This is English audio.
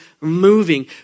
moving